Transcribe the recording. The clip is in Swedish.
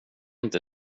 inte